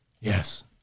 Yes